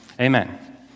Amen